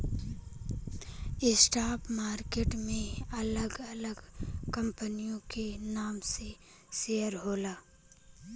stock market में अलग अलग कंपनियन के नाम से शेयर होला